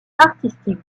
artistique